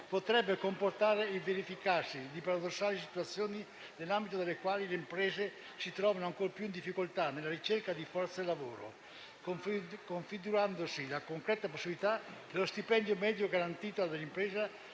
potrebbe comportare il verificarsi di paradossali situazioni, nell'ambito delle quali le imprese si trovino in ancor più difficoltà nella ricerca di forza lavoro, configurandosi la concreta possibilità che lo stipendio medio garantito dell'impresa